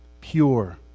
pure